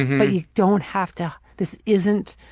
but you don't have to. this isn't.